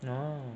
oh